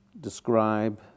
describe